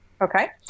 Okay